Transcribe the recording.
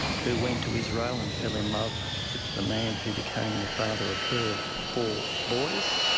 who went to israel and fell in love with the man who became the father of her four boys.